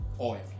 oil